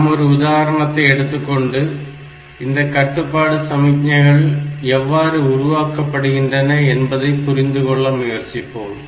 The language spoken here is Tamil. நாம் ஒரு உதாரணத்தை எடுத்துக் கொண்டு இந்த கட்டுப்பாட்டு சமிக்ஞைகள் எவ்வாறு உருவாக்கப்படுகின்றன என்பதை புரிந்து கொள்ள முயற்சிப்போம்